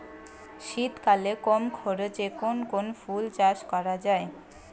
শীতকালে কম খরচে কোন কোন ফুল চাষ করা য়ায়?